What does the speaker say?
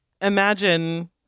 imagine